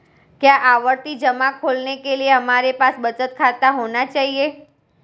क्या आवर्ती जमा खोलने के लिए हमारे पास बचत खाता होना चाहिए?